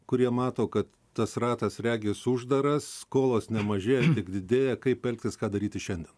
kurie mato kad tas ratas regis uždaras skolos nemažėja tik didėja kaip elgtis ką daryti šiandien